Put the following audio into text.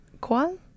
Qual